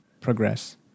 progress